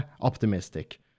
optimistic